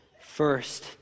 first